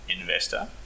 investor